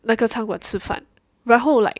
那个餐馆吃饭然后 like